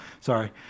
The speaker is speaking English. Sorry